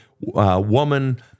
woman